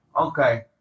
Okay